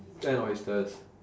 and oysters